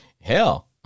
hell